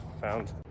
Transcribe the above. found